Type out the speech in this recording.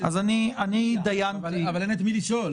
אבל אין את מי לשאול.